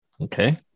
okay